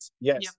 Yes